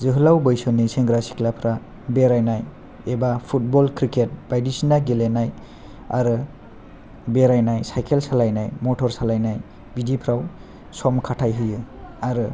जोहोलाव बैसोनि सेंग्रा सिख्लाफ्रा बेरायनाय एबा फुटबल क्रिकेट बायदिसिना गेलेनाय आरो बेरायनाय साइकेल सालायनाय मटर सालायनाय बिदिफ्राव सम खाथाय होयो आरो